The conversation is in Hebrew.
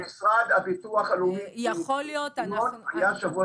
במשרד הביטוח הלאומי בחולון היה מקרה שבוע